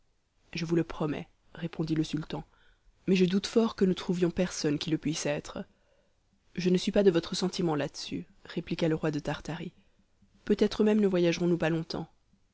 je vous le promets répondit le sultan mais je doute fort que nous trouvions personne qui le puisse être je ne suis pas de votre sentiment là-dessus répliqua le roi de tartarie peut-être même ne voyagerons nous pas longtemps